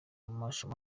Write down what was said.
masho